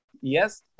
Yes